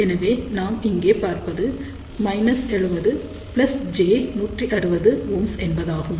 எனவே நாம் இங்கே பார்ப்பது 70j160Ω என்பதாகும்